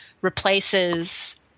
replaces